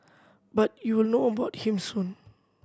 but you will know about him soon